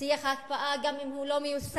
שיח ההקפאה, גם אם הוא לא מיושם,